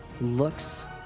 looks